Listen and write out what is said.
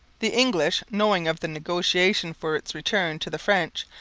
the english, knowing of the negotiations for its return to the french,